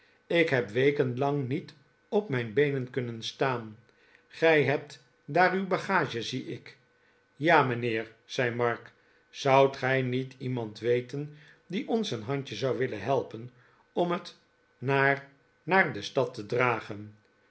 ik heb weken lang niet op mijn beenen kunnen staan gij hebt daar uw bagage zie ik ja mijnheer zei mark zoudt gij niet iemand weten die ons een handje zou willen helpen om het naar naar de stad te dragen